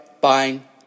buying